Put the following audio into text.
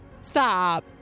Stop